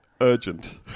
urgent